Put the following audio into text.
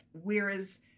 Whereas